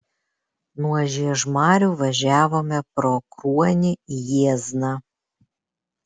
nuo žiežmarių važiavome pro kruonį jiezną